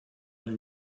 und